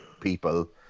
people